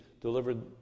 delivered